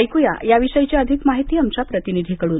ऐकूया या विषयी अधिक माहिती आमच्या प्रतिनिधी कडून